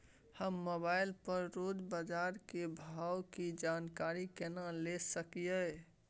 हम मोबाइल पर रोज बाजार के भाव की जानकारी केना ले सकलियै?